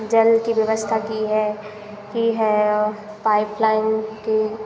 जल की व्यवस्था की है की है पाइप लाइन की